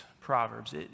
Proverbs